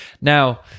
Now